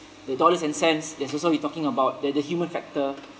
the dollars and cents there's also we talking about the the human factor